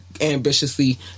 ambitiously